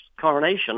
coronation